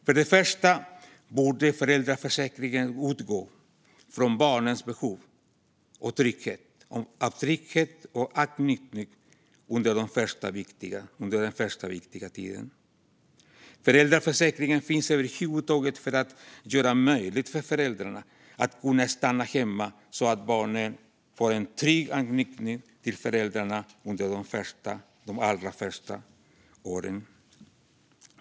För det första borde föräldraförsäkringen utgå från barnets behov av trygghet och anknytning under den första viktiga tiden. Föräldraförsäkringen finns för att över huvud taget göra det möjligt för föräldrar att stanna hemma så att barnet får en trygg anknytning till föräldrarna under de allra första åren.